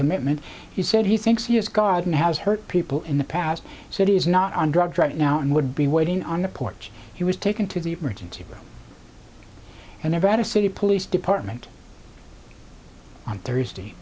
commitment he said he thinks he is garden has hurt people in the past so it is not on drugs right now and would be waiting on the porch he was taken to the emergency room and never had a city police department on thursday